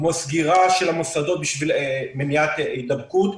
כמו סגירה של המוסדות בשבילי מניעת הידבקות,